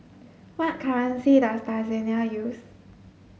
what currency does Tanzania use